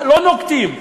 לא נוקטים.